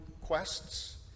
quests